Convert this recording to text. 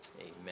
Amen